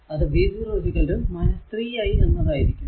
അത് v0 3 i എന്നതായിരിക്കും